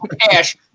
cash